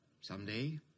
Someday